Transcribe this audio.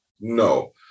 No